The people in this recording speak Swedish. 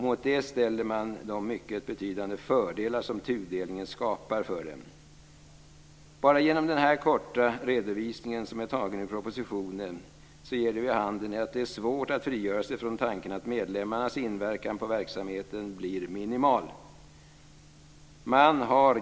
Mot detta ställer man de mycket betydande fördelar som tudelningen skapar för dem. Bara den här korta redovisningen, som är tagen ur propositionen, leder till att det är svårt att frigöra sig från tanken att medlemmarnas inverkan på verksamheten blir minimal.